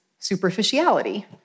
superficiality